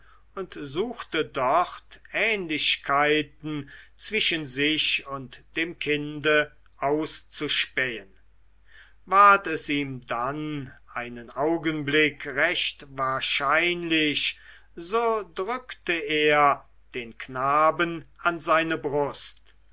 und suchte dort ähnlichkeiten zwischen sich und dem kinde auszuspähen ward es ihm dann einen augenblick recht wahrscheinlich so drückte er den knaben an seine brust